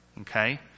Okay